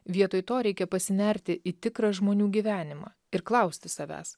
vietoj to reikia pasinerti į tikrą žmonių gyvenimą ir klausti savęs